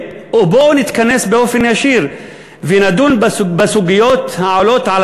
ובואו נתכנס באופן ישיר ונדון בסוגיות העולות על